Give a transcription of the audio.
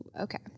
Okay